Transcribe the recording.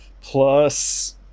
Plus